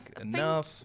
enough